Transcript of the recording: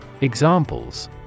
Examples